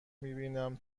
میبینم